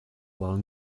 while